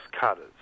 cutters